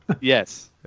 Yes